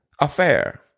affair